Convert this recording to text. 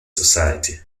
society